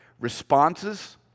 responses